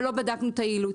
אבל לא בדקנו בה את היעילות.